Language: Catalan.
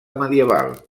medieval